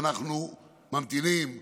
ואנחנו ממתינים ומאמינים,